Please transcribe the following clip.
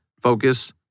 focus